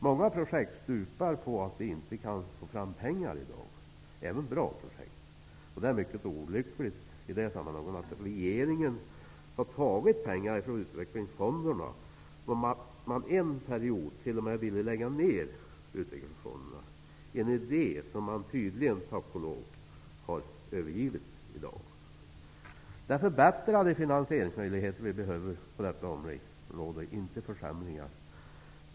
Många projekt stupar på att de inte kan få fram pengar i dag, även bra projekt. Det är mycket olyckligt att regeringen har tagit pengar från utvecklingsfonderna och att man en period t.o.m. ville lägga ned dem, en idé som man tack och lov tydligen har övergivit i dag. Det är förbättrade finansieringsmöjligheter vi behöver på detta område, inte försämrade.